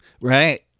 right